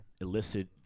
illicit